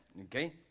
okay